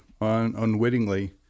unwittingly